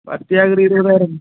பத்து ஏக்கருக்கு இருபதாயிரம்